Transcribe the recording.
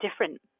different